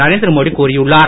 நரேந்திர மோடி கூறியுள்ளார்